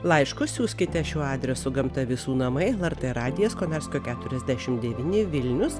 laiškus siųskite šiuo adresu gamta visų namai lrt radijas konarskio keturiasdešimt devyni vilnius